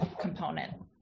component